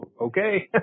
okay